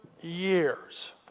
years